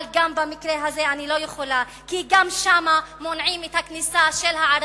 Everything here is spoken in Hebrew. אבל גם במקרה הזה אני לא יכולה כי גם שם מונעים את הכניסה של הערבים,